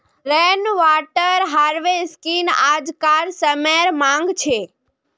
rain water harvesting आज्कार समयेर मांग छे